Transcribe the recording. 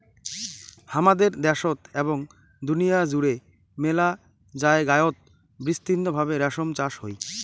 হামাদের দ্যাশোত এবং দুনিয়া জুড়ে মেলা জায়গায়ত বিস্তৃত ভাবে রেশম চাষ হই